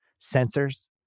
sensors